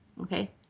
Okay